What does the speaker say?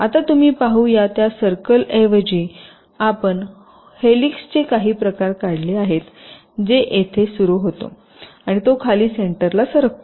आता तुम्ही पाहुया त्या सर्कल ऐवजी आपण हेलिक्सचे काही प्रकार काढले आहेत जो येथे सुरू होतो आणि तो खाली सेंटरला सरकतो